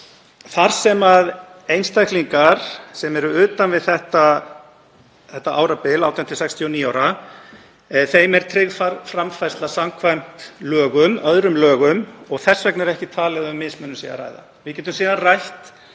En þeim einstaklingum sem eru utan við þetta árabil, 18–69 ára, er tryggð framfærsla samkvæmt lögum, öðrum lögum, og þess vegna er ekki talið að um mismunun sé að ræða.